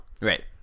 right